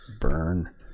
burn